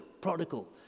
prodigal